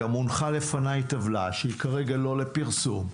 הונחה לפניי טבלה, שהיא כרגע לא לפרסום.